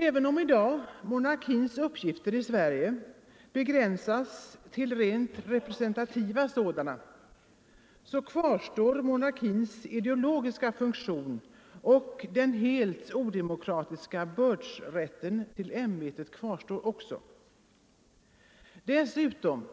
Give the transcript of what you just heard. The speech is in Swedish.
Även om i dag monarkins uppgifter i Sverige begränsas till rent representativa sådana kvarstår monarkins ideologiska funktion, och den helt odemokratiska bördsrätten till ämbetet kvarstår också. Dessutom: